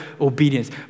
obedience